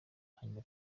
hanyuma